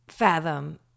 Fathom